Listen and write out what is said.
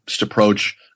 approach